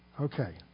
Okay